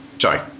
Sorry